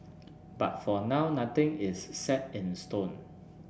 but for now nothing is set in stone